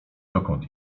dokąd